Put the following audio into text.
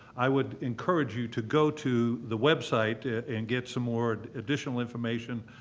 i would encourage you to go to the website and get some more additional information,